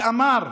שאמר,